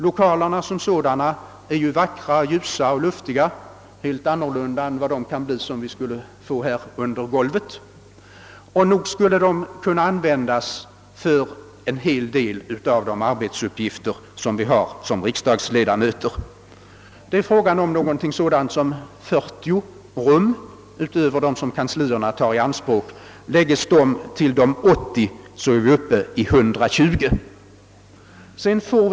Lokalerna är vackra, ljusa och luftiga — helt annorlunda än de rum kan bli som vi skulle få i riksdagshusets nedre del — och skulle kun na användas för en hel del av de arbetsuppgifter vi har som riksdagsledamöter. Det skulle bli ungefär 40 rum i Rosenbad utöver dem kanslierna tar i anspråk. Läggs dessa rum till de 80 jag tidigare räknat fram är vi uppe i 120 rum.